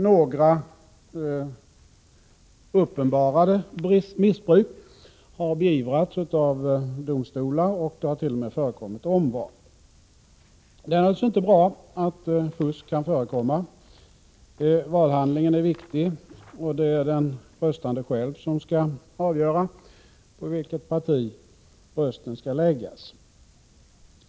Några uppenbara missbruk har beivrats av domstolar, och det har t.o.m. förekommit omval. Det är naturligtvis inte bra att fusk kan förekomma. Valhandlingen är viktig, och det är den röstande själv som skall avgöra på vilket parti rösten skall läggas.